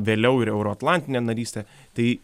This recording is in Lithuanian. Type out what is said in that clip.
vėliau ir euroatlantinę narystę tai